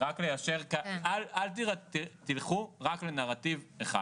אל תלכו רק לנרטיב אחד,